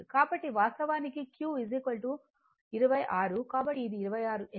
కాబట్టి వాస్తవానికి q 26 కాబట్టి ఇది 26 ఎత్తు